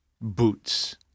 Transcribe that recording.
boots